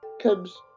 comes